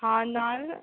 हा नाल्ल